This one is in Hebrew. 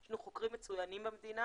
יש לנו חוקרים מצוינים במדינה